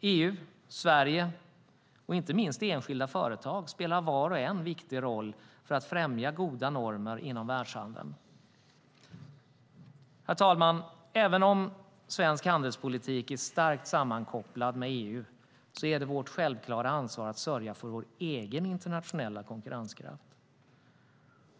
EU, Sverige och inte minst enskilda företag spelar alla en viktig roll för att främja goda normer inom världshandeln. Herr talman! Även om svensk handelspolitik är starkt sammankopplad med EU är det vårt självklara ansvar att sörja för vår egen internationella konkurrenskraft.